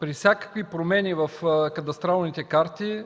при всякакви промени в кадастралните карти